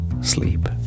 sleep